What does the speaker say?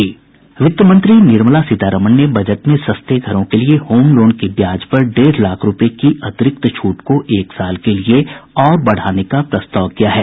वित्त मंत्री निर्मला सीतारमन ने बजट में सस्ते घरों के लिए होम लोन के ब्याज पर डेढ़ लाख रूपये की अतिरिक्त छूट को एक साल के लिए और बढ़ाने का प्रस्ताव किया है